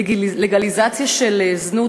לגליזציה של זנות,